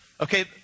Okay